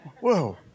Whoa